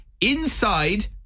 inside